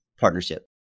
partnership